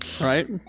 right